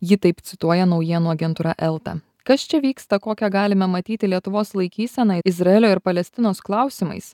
jį taip cituoja naujienų agentūra elta kas čia vyksta kokią galime matyti lietuvos laikyseną izraelio ir palestinos klausimais